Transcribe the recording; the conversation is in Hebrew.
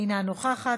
אינה נוכחת,